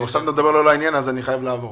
התחלת לדבר לא לעניין אז אני חייב לעבור.